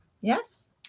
Yes